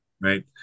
right